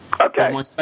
Okay